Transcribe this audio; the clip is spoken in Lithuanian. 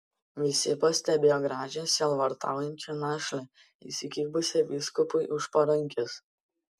visi pastebėjo gražią sielvartaujančią našlę įsikibusią vyskupui už parankės